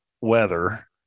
weather